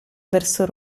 verso